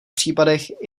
případech